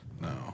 No